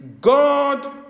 God